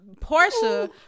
Portia